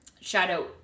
shadow